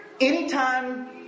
Anytime